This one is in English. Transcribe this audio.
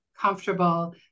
comfortable